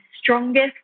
strongest